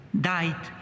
died